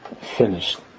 finished